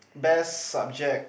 best subject